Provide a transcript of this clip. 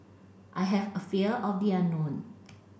I have a fear of the unknown